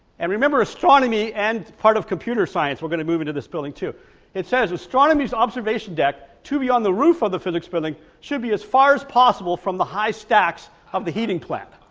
and remember astronomy and part of computer science we're going to move into this building it says astronomy's observation deck to be on the roof of the physics building, should be as far as possible from the high stacks of the heating plant,